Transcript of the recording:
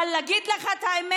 אבל אם להגיד את האמת,